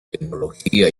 tecnología